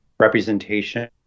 Representation